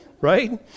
Right